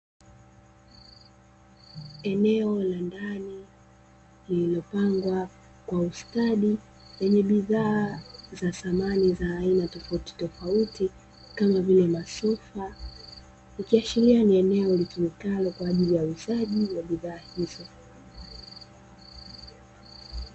Eneo la ndani lililopangwa kwa ustadi lenye bidhaa za samani za aina tofautitofauti kama vile masofa, ikiashiria ni eneo litumikalo kwa ajili ya uuzaji wa bidhaa hizo.